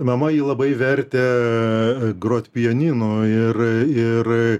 mama jį labai vertė groti pianinu ir